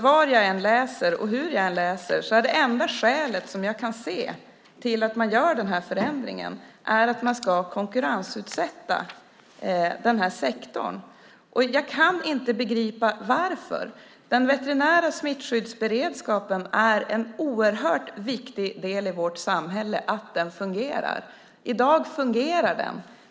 Var jag än läser och hur jag än läser är det enda skälet till att man gör förändringen att man ska konkurrensutsätta sektorn. Jag kan inte begripa varför. Det är en oerhört viktig del i vårt samhälle att den veterinära smittskyddsberedskapen fungerar, och i dag fungerar den.